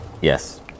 Yes